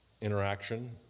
interaction